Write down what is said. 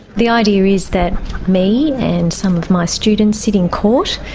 the idea is that me and some of my students sit in court,